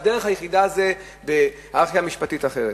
והדרך היחידה היא בהייררכיה משפטית אחרת.